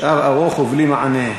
"נשאר ארוך ובלי מענה".